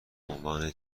عنوان